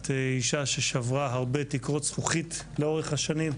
את אישה ששברה הרבה תקרות זכוכית לאורך השנים,